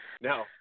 no